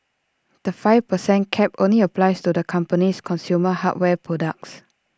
the five per cent cap only applies to the company's consumer hardware products